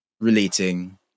relating